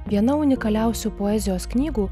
viena unikaliausių poezijos knygų